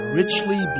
richly